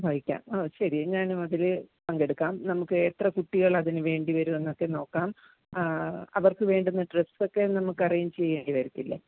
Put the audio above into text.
ചോദിക്കാം ഓ ശരി ഞാനും അതിൽ പങ്കെടുക്കാം നമുക്ക് എത്ര കുട്ടികൾ അതിന് വേണ്ടി വരും എന്നൊക്കെ നോക്കാം അവർക്ക് വേണ്ടുന്ന ഡ്രസ്സ് ഒക്കെ നമുക്ക് അറേഞ്ച് ചെയ്യേണ്ടി വരില്ലേ